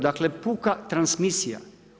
Dakle, puka transmisija.